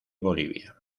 bolivia